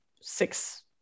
six